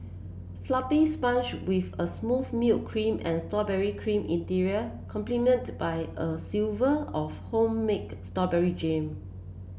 floppy sponge with a smooth milk cream and strawberry cream interior complemented by a silver of home make store berry jam